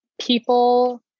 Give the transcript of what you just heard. people